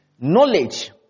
Knowledge